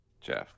Jeff